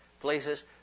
places